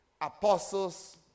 apostles